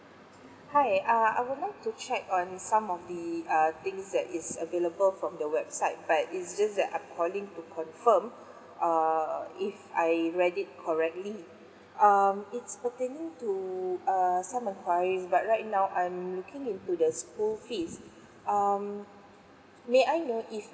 hi err I would like to check on some of the uh things that is available from the website right is just that I'm calling to confirm err if I read it correctly um it's pertaining to err some enquiries but right now I'm looking into the school fees um may I know if